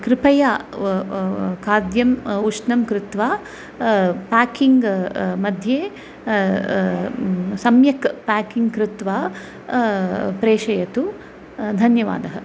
कृपया खाद्यम् उष्णं कृत्वा पेकिङ्मध्ये सम्यक् पेकिङ् कृत्वा प्रेषयतु धन्यवादः